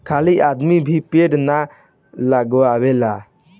खाली आदमी भी पेड़ ना लगावेलेन